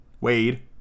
Wade